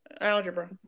algebra